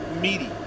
meaty